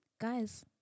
Guys